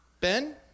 Ben